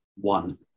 one